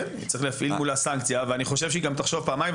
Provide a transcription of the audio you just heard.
כן צריך להפעיל מולה סנקציה ואני חושב שהיא גם תחשוב פעמיים.